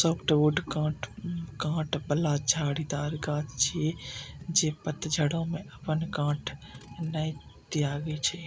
softwood कांट बला झाड़ीदार गाछ छियै, जे पतझड़ो मे अपन कांट नै त्यागै छै